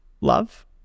love